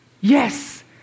Yes